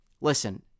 listen